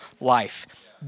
life